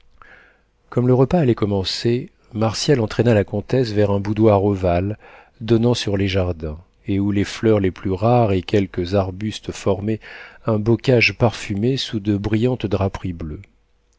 comme le repas allait commencer martial entraîna la comtesse vers un boudoir ovale donnant sur les jardins et où les fleurs les plus rares et quelques arbustes formaient un bocage parfumé sous de brillantes draperies bleues